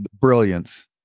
Brilliance